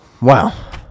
Wow